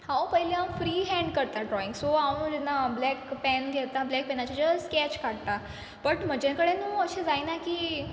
हांव पयलीं हांव फ्री हॅण करता ड्रॉईंग सो हांव जेन्ना ब्लॅक पॅन घेता ब्लॅक पॅनाचे जे स्कॅच काडटा बट म्हजे कडेन न्हू अशें जायना की